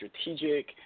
strategic